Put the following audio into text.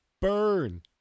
burn